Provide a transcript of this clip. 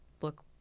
look